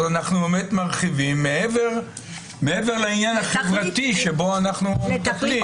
אז אנחנו מרחיבים מעבר לעניין החברתי שבו אנחנו מטפלים.